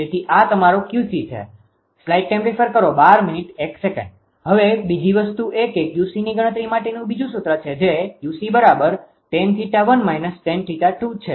તેથી આ તમારૂ 𝑄𝐶 છે હવે બીજી વસ્તુ એ કે 𝑄𝐶ની ગણતરી માટેનું બીજું સૂત્ર છે જે 𝑄𝐶tan𝜃1−tan𝜃2 છે